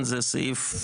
זה סעיף